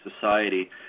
society